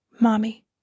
Mommy